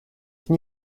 can